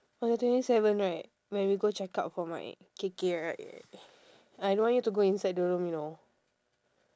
for your twenty seven right when we go check up for mine K_K right I don't want you to go inside the room you know